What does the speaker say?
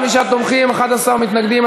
55 תומכים, 11 מתנגדים.